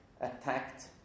attacked